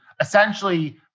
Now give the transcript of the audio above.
essentially